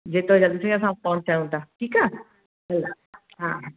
जेको जल्दीअ सां फ़ोन कयूं था ठीकु आहे हा